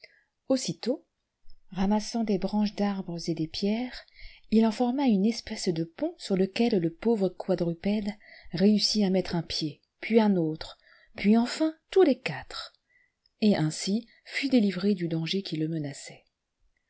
aussitôt ramassant des branches d'arbres et des pierres il en forma une espèce de pont sur lequel le pauvre quadrupède réussit à mettre un pied puis un autre puis enfin tous les quatre et ainsi fut délivré du danger qui le menaçait